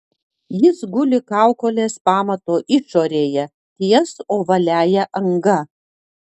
jis guli kaukolės pamato išorėje ties ovaliąja anga